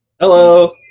Hello